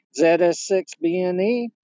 ZS6BNE